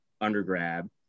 undergrad